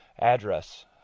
address